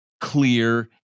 clear